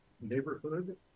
neighborhood